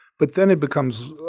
but then it becomes,